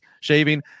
shaving